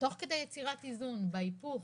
תוך כדי יצירת איזון בהיפוך.